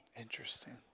Interesting